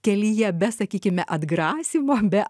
kelyje be sakykime atgrasymo be